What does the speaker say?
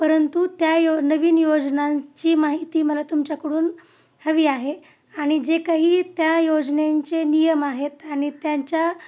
परंतु त्या यो नवीन योजनांची माहिती मला तुमच्याकडून हवी आहे आणि जे काही त्या योजनेंचे नियम आहेत आणि त्यांच्या